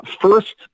first